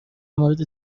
مورد